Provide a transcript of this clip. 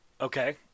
Okay